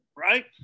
Right